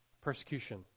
persecution